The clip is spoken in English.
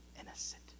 innocent